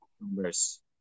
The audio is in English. numbers